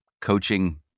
coaching